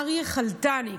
אריה חלטניק,